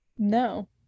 No